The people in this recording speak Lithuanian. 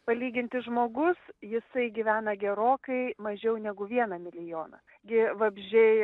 palyginti žmogus jisai gyvena gerokai mažiau negu vieną milijoną gi vabzdžiai